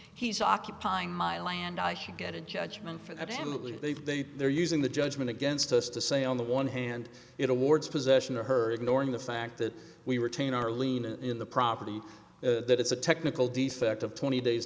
he's occupying my land i should get a judgment for that family they've they're using the judgment against us to say on the one hand it awards possession of her ignoring the fact that we were taking our lean in the property that it's a technical defect of twenty days